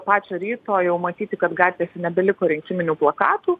pačio ryto jau matyti kad gatvėse nebeliko rinkiminių plakatų